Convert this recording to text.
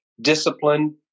Discipline